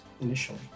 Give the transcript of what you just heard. initially